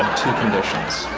two conditions.